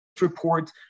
report